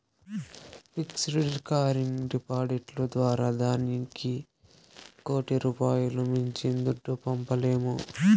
fixed, recurring డిపాడిట్లు ద్వారా దినానికి కోటి రూపాయిలు మించి దుడ్డు పంపలేము